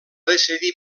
decidir